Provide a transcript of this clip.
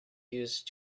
use